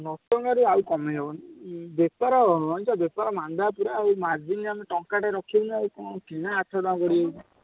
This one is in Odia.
ନଅ ଟଙ୍କାରୁ ଆଉ କମାଇ ହେବନି ବେପାର ଅଇଖା ବେପାର ମାନ୍ଦା ପୁରା ମାର୍ଜିନ ଆମେ ଟଙ୍କାଟେ ରଖିବୁ ନାଇଁ ଆଉ କ'ଣ କିଣା ଆଠଟଙ୍କା ପଡ଼ିଯାଉଛି